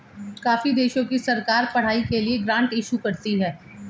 काफी देशों की सरकार पढ़ाई के लिए ग्रांट इशू करती है